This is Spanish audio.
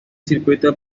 circuitos